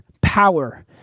power